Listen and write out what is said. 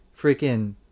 freaking